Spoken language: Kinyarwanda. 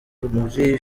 muri